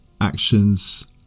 actions